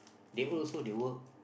they old so they work